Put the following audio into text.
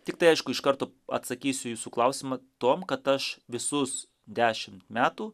tiktai aišku iš karto atsakysiu į jūsų klausimą tuom kad aš visus dešimt metų